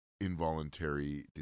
involuntary